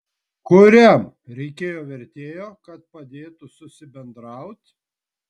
kuriam reikėjo vertėjo kad padėtų susibendraut